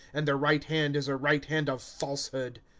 and their right hand is a right hand of falsehood.